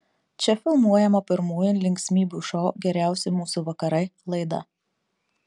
čia filmuojama pirmoji linksmybių šou geriausi mūsų vakarai laida